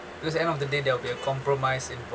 because end of the day there will be a compromise invo~